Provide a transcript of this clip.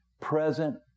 present